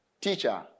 teacher